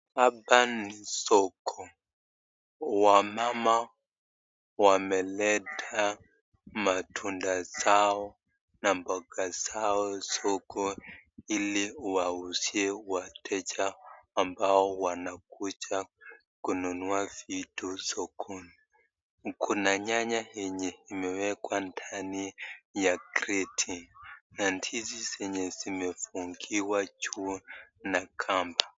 Hapa ni soko, wamama wameleta matunda zao na mboga zao sokoni ili wauzie wateja ambao wanakuja kununua vitu sokoni. Kuna nyanya yenye imewekwa ndani ya kreti na ndizi zenye zimefungiwa juu na kamba.